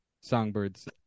songbirds